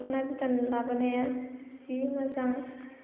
दख'ना गोदान लाबोनाया जि मोजां